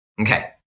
Okay